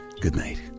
goodnight